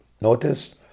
Notice